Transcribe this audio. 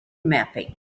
mapping